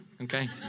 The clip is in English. okay